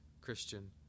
Christian